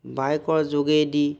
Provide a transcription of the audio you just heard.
বাইকৰ যোগেদি